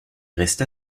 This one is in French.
resta